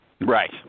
Right